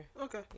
Okay